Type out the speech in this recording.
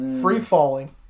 free-falling